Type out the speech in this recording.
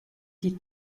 die